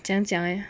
这样 eh